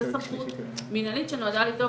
זו סמכות מנהלית שנועדה לבדוק,